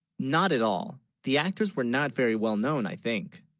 not at all the actors were not very, well known i think